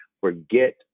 forget